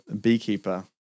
Beekeeper